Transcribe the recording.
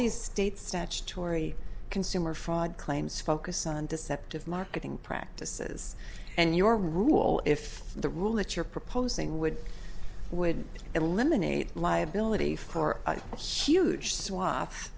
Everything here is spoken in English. these state statutory consumer fraud claims focus on deceptive marketing practices and your rule if the rule that you're proposing would would eliminate liability for a huge sw